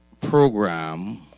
program